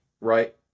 right